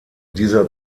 dieser